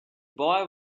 boy